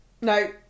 No